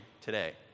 today